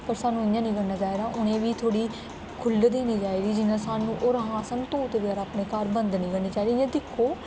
पर सानूं इ'यां निं करना चाहिदा उ'नें बी थोह्ड़ी खु'ल्ल देनी चाहिदी जियां सानूं होर हां सानूं तोते बगैरा अपने घर बंद निं करना चाहिदे इ'यां दिक्खो